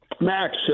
Max